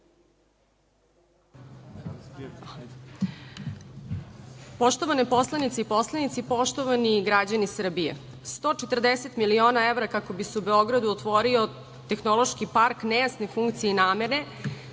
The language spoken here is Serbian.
Poštovane poslanice i poslanici, poštovani građani Srbije, 140 miliona evra kako bi se u Beogradu otvorio tehnološki park nejasne funkcije i namene